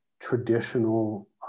traditional